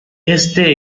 este